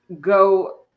go